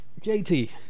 JT